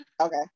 Okay